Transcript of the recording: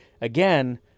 again